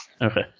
Okay